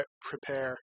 prepare